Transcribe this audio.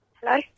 Hello